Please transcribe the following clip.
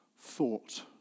thought